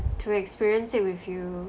to experience it with you